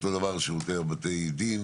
אותו דבר שירותי בתי הדין